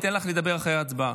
אני אתן לך לדבר אחרי ההצבעה,